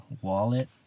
wallet